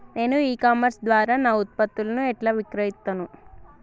నేను e commerce ద్వారా నా ఉత్పత్తులను ఎట్లా విక్రయిత్తను?